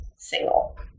single